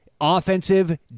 offensive